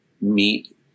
meet